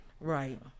right